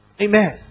amen